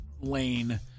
lane